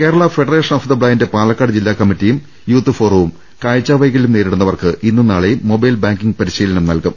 Kerala federation of the blind Palakkad ജില്ലാ കമ്മി റ്റിയും യൂത്ത് ഫോറവും കാഴ്ചവൈകലൃം നേരിടുന്നവർക്ക് ഇന്നും നാളെയും മൊബൈൽ ബാങ്കിംഗ് പരിശീലനം നൽകും